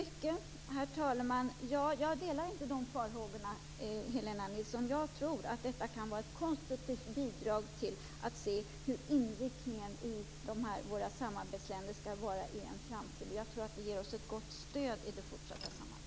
Herr talman! Jag delar inte de farhågorna, Helena Nilsson. Jag tror att detta kan vara ett konstruktivt bidrag till att se hur inriktningen i våra samarbetsländer skall vara i framtiden. Jag tror att det ger oss ett gott stöd i det fortsatta samarbetet.